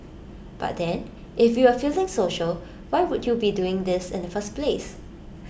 but then if you were feeling social why would you be doing this in the first place